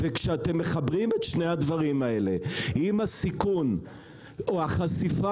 וכשאתם מחברים את שני הדברים האלה עם הסיכון או החשיפה